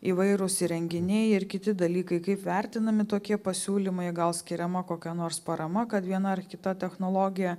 įvairūs įrenginiai ir kiti dalykai kaip vertinami tokie pasiūlymai gal skiriama kokia nors parama kad viena ar kita technologija